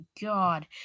god